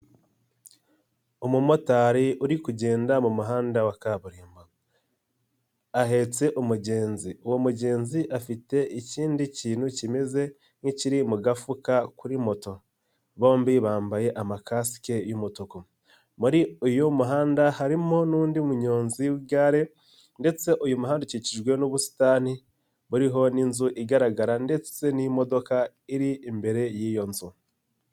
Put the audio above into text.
Umumotari uri kugenda mu muhanda wa kaburimbo, ahetse umugenzi, uwo mugenzi afite ikindi kintu kimeze nk'ikiri mu gafuka kuri moto, bombi bambaye amakasike y'umutuku, muri uyu muhanda harimo n'undi munyonzi w'igare ndetse uyu muhanda ukikijwe n'ubusitani buriho n'inzu igaragara ndetse n'imodoka iri imbere y'iyo nzu.